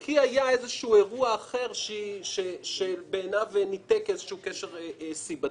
כי היה איזה אירוע אחר שבעיניו ניתק קשר סיבתי.